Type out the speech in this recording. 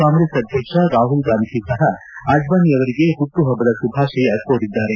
ಕಾಂಗ್ರೆಸ್ ಅಧ್ಯಕ್ಷ ರಾಹುಲ್ ಗಾಂಧಿ ಸಹ ಅಡ್ಲಾಣಿ ಅವರಿಗೆ ಹುಟ್ಲುಹಬ್ಲದ ಶುಭಾಶಯ ಕೋರಿದ್ದಾರೆ